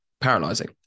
paralyzing